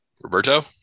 Roberto